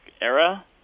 era